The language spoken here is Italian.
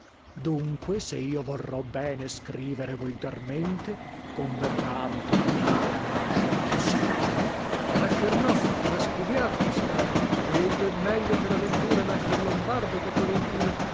dunque se io vorrò bene scrivere volgarmente converrami tornare a nascer toscano bem nascer no ma studiar toscano ché egli è meglio per aventura nascer lombardo che fiorentino